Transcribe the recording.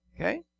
Okay